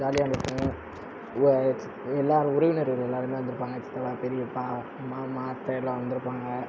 ஜாலியாக இருக்கும் எல்லோரும் உறவினர்கள் எல்லோருமே வந்திருப்பாங்க சித்தப்பா பெரியப்பா மாமா அத்தை எல்லாம் வந்திருப்பாங்க